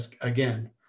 again